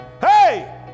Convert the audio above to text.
Hey